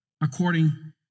according